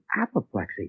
apoplexy